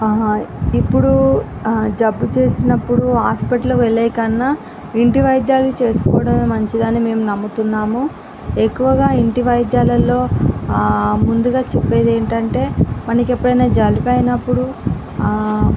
ఇప్పుడు జబ్బు చేసినప్పుడు హాస్పిటల్ వెళ్ళేకన్నా ఇంటి వైద్యాలని చేసుకోవడమే మంచిదని మేము నమ్ముతున్నాము ఎక్కువగా ఇంటి వైద్యాలలో ముందుగా చెప్పేది ఏంటంటే మనకి ఎప్పుడైనా జలుబు అయినప్పుడు